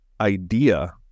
idea